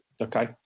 okay